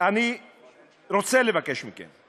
אני רוצה לבקש מכם,